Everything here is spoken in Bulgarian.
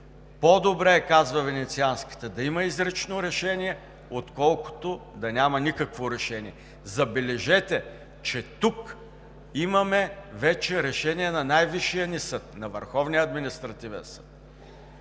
„По-добре е – казва Венецианската комисия – да има изрично решение, отколкото да няма никакво решение.“ Забележете, че тук имаме вече решение на най-висшия ни съд – на